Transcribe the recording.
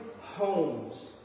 homes